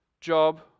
job